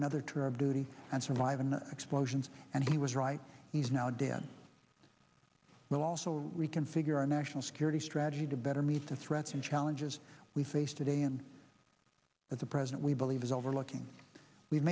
another tour of duty and survive and explosions and he was right he's now dead will also reconfigure our national security strategy to better meet the threats and challenges we face today and that the president we believe is overlooking we've